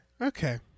Okay